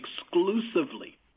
exclusively